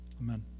Amen